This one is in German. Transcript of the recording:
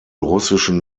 russischen